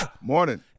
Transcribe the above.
Morning